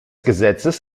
gesetzes